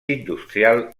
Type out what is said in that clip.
industrial